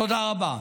תודה רבה.